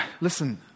listen